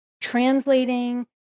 translating